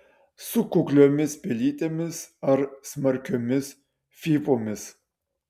su kukliomis pelytėmis ar smarkiomis fyfomis